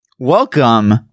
welcome